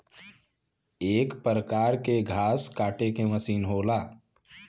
एक परकार के घास काटे के मसीन होला